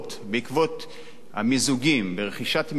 בעקבות המיזוגים ברכישת "מירס",